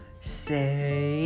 Say